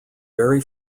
very